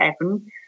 heaven